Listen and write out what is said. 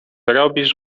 robisz